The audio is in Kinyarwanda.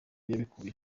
yabikuye